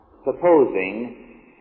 Supposing